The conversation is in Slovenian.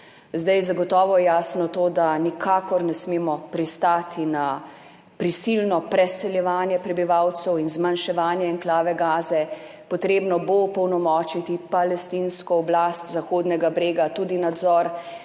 Gaze. Zagotovo je jasno to, da nikakor ne smemo pristati na prisilno preseljevanje prebivalcev in zmanjševanje enklave Gaze. Potrebno bo opolnomočiti palestinsko oblast Zahodnega brega, tudi nadzor